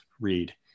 read